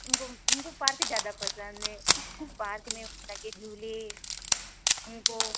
उनको उनको पार्क ज़्यादा पसंद है पार्क में वॉ लगे झूले हमको